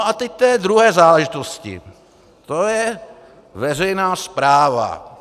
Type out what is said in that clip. A teď k té druhé záležitosti a to je veřejná správa.